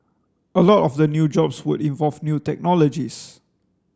a lot of the new jobs would involve new technologies